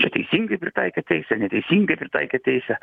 čia teisingai pritaikė teisę neteisingai pritaikė teisę